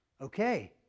Okay